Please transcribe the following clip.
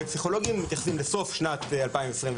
פסיכולוגים בעצם מתייחסים לסוף שנת 2021,